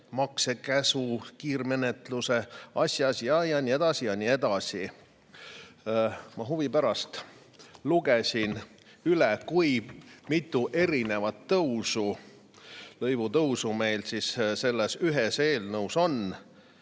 maksekäsu kiirmenetluse asjas tasutavat lõivu ja nii edasi ja nii edasi. Ma huvi pärast lugesin üle, kui mitu erinevat lõivu tõusu meil selles ühes eelnõus on.